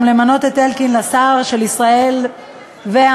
למנות את אלקין לשר של ירושלים והמורשת,